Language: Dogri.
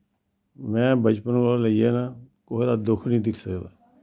में बचपन कोला लेइयै न कुसै दा दुख नी दिक्खी सकदा